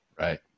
Right